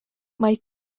mae